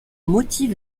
motif